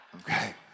okay